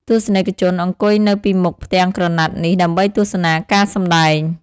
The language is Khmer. ទស្សនិកជនអង្គុយនៅពីមុខផ្ទាំងក្រណាត់នេះដើម្បីទស្សនាការសម្តែង។